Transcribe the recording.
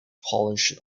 polished